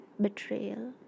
betrayal